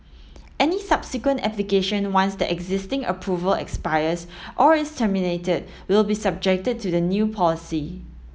any subsequent application once the existing approval expires or is terminated will be subjected to the new policy